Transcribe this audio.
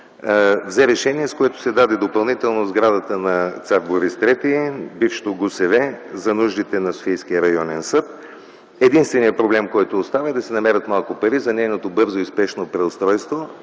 взе решение, с което се даде допълнително сградата на „Цар Борис ІІІ”, бившето ГУСВ, за нуждите на Софийския районен съд. Единственият проблем, който остана, е да се намерят малко пари за нейното бързо и спешно преустройство.